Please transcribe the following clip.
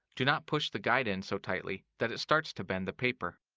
do not push the guide in so tightly that it starts to bend the paper.